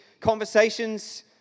conversations